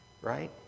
right